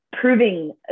proving